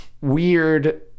weird